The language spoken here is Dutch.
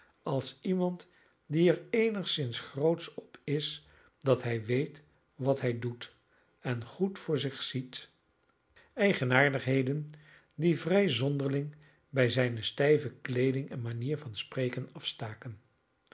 als iemand die er eenigszins grootsch op is dat hij weet wat hij doet en goed voor zich ziet eigenaardigheden die vrij zonderling bij zijne stijve kleeding en manier van spreken afstaken